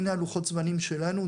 הנה לוחות הזמנים שלנו,